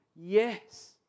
Yes